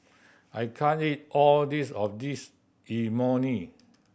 I can't eat all this of this Imoni